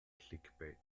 clickbait